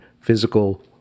physical